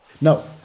No